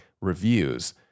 reviews